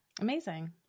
amazing